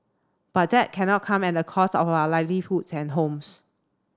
but that cannot come at the cost of our livelihoods and homes